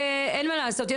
אין מה לעשות,